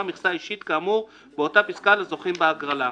מכסה אישית כאמור באותה פסקה לזוכים בהגרלה,